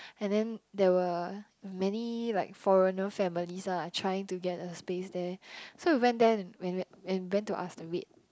and then there were many like foreigner families ah like trying to get a space there so we went there and went and went to ask the rate